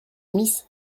smith